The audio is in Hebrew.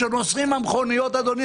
כשנוסעים המכונית אדוני,